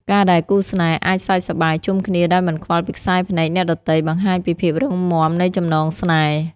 ការដែលគូស្នេហ៍អាចសើចសប្បាយជុំគ្នាដោយមិនខ្វល់ពីខ្សែភ្នែកអ្នកដទៃ បង្ហាញពីភាពរឹងមាំនៃចំណងស្នេហ៍។